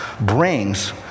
brings